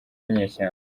ninyeshyamba